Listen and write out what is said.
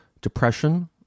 depression